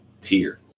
tier